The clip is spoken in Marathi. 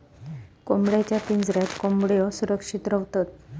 कोंबड्यांच्या पिंजऱ्यात कोंबड्यो सुरक्षित रव्हतत